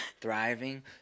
Thriving